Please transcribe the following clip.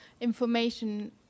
information